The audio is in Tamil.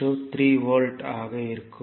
6 5 3 வோல்ட் இருக்கும்